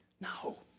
No